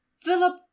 Philip